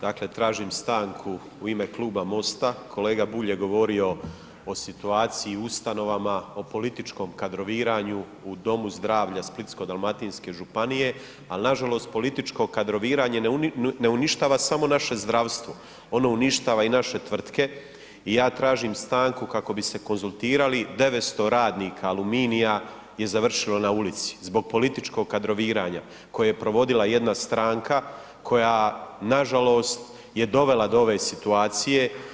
Dakle, tražim stanku u ime Kluba MOST-a kolega Bulj je govorio o situaciji u ustanovama, o političkom kadroviranju u Domu zdravlja Splitsko-dalmatinske županije, al nažalost političko kadroviranje ne uništava samo naše zdravstvo, ono uništava i naše tvrtke i ja tražim stanku kako bi se konzultirali, 900 radnika Aluminija je završilo na ulici zbog političkog kadroviranja koje je provodila jedna stranka koja nažalost je dovela do ove situacije.